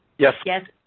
yes. yes.